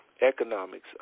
Economics